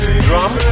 drum